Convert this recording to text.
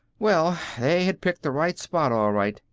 well, they had picked the right spot all right.